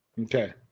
Okay